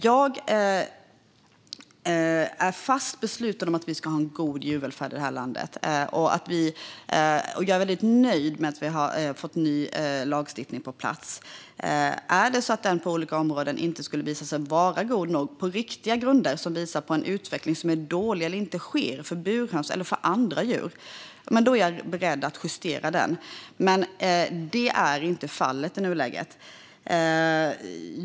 Jag är fast besluten om att vi ska ha en god djurvälfärd i vårt land. Jag är väldigt nöjd med att vi har fått en ny lagstiftning på plats. Om den på olika områden och på riktiga grunder skulle visa sig inte vara god nog eller visa en utveckling som är dålig eller inte ske för burhöns eller andra djur är jag beredd att justera den. Så är i nuläget inte fallet.